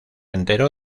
enteró